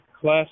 class